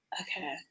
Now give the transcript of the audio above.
Okay